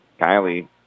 Kylie